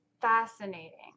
fascinating